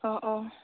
अ' अ'